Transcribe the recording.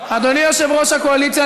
אדוני יושב-ראש הקואליציה,